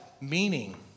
meaning